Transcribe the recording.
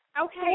Okay